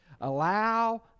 Allow